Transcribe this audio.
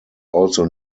also